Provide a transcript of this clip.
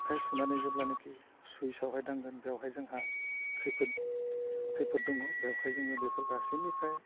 आखाइ सुनानै जेब्लानोखि सुइसआवहाय दांगोन बेवहाय जोंहा खैफोद खैफोद दङ बेवहाय जोङो बेफोर गासैनिफ्राय